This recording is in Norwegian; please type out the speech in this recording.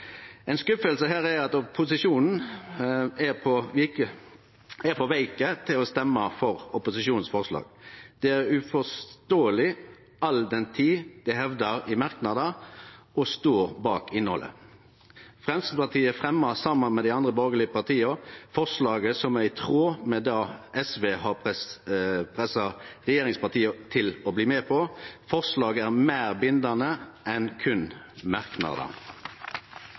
er for veike til å stemme for forslaga frå opposisjonen. Det er uforståeleg, all den tid dei hevdar i merknader å stå bak innhaldet. Framstegspartiet fremja, saman med dei andre borgarlege partia, forslaget som er i tråd med det SV har pressa regjeringspartia til å bli med på. Forslaget er meir bindande enn